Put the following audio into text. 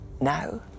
now